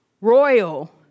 Royal